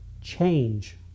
change